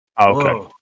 Okay